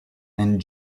and